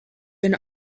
been